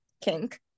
kink